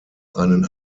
einen